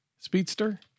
Speedster